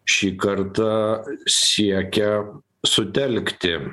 šį kartą siekia sutelkti